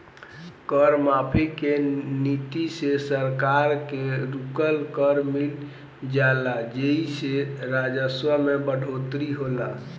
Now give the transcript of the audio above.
कर माफी के नीति से सरकार के रुकल कर मिल जाला जेइसे राजस्व में बढ़ोतरी होला